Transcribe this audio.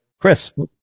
Chris